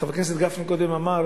חבר הכנסת גפני אמר,